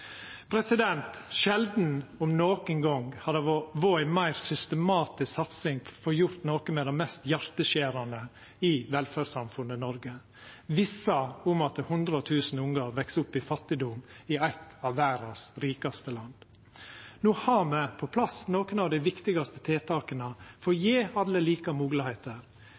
om nokon gong, har det vore ei meir systematisk satsing på å få gjort noko med det mest hjarteskjerande i velferdssamfunnet Noreg, vissa om at 100 000 ungar veks opp i fattigdom i eitt av verdas rikaste land. No har me på plass nokre av dei viktigaset tiltaka for å gje alle like moglegheiter: